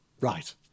Right